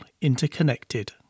interconnected